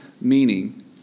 meaning